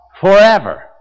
forever